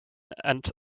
and